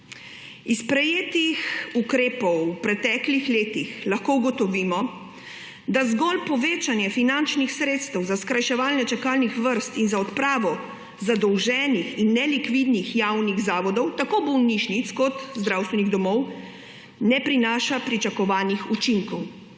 Iz sprejetih ukrepov v preteklih letih lahko ugotovimo, da zgolj povečanje finančnih sredstev za skrajševanje čakalnih vrst in za odpravo zadolženih in nelikvidnih javnih zavodov, tako bolnišnic kot zdravstvenih domov, ne prinaša pričakovanih učinkov.